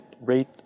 rate